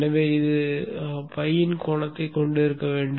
எனவே இது பையின் கோணத்தைக் கொண்டிருக்க வேண்டும்